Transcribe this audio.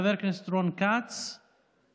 חבר הכנסת רון כץ, בבקשה.